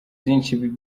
byinshi